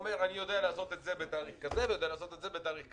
אומר: אני יודע לעשות את זה בתאריך כזה ויודע לעשות את זה בתאריך כזה.